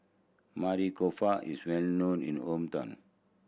Maili Kofta is well known in hometown